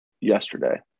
yesterday